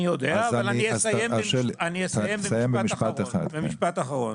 אני יודע, אבל אני אסיים במשפט אחרון.